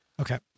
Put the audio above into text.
Okay